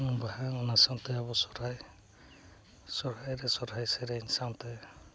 ᱵᱟᱦᱟ ᱚᱱᱟ ᱥᱟᱶᱛᱮ ᱟᱵᱚ ᱥᱚᱦᱨᱟᱭ ᱥᱚᱦᱨᱟᱭ ᱨᱮ ᱥᱚᱦᱨᱟᱭ ᱥᱮᱨᱮᱧ ᱥᱟᱶᱛᱮ